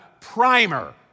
primer